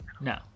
no